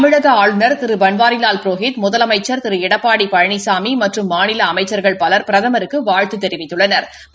தமிழக ஆளுநர் திரு பன்வாரிவால் புரோஹித் முதலமைச்ச் திரு எடப்பாடி பழனிசாமி மற்றும் மாநில அமைச்சா்கள் பலா் பிரதமருக்கு வாழ்த்து தெரிவித்துள்ளனா்